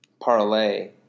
parlay